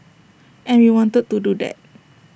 and we wanted to do that